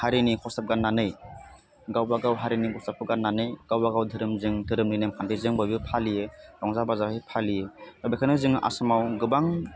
हारिनि खसाब गान्नानै गावबागाव हारिनि खसाबखौ गान्नानै गावबागाव दोहोरोमजों दोहोरोमनि नेम खान्थिजों बयबो फालियो रंजा बाजायै फालियो दा बेखायनो जों आसामाव गोबां